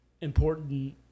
important